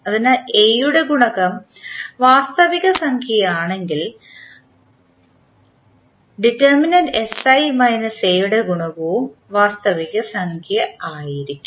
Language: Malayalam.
അതിനാൽ A യുടെ ഗുണകം വാസ്തവികസംഖ്യ ആണെങ്കിൽ യുടെ ഗുണകവും വാസ്തവികസംഖ്യ ആയിരിക്കും